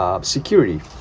security